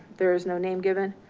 there is no name given,